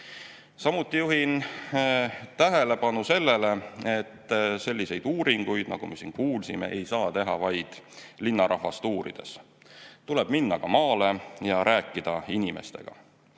juhin tähelepanu sellele, et selliseid uuringuid, nagu me siin kuulsime, ei saa teha vaid linnarahvast uurides. Tuleb minna ka maale ja rääkida sealsete